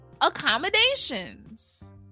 Accommodations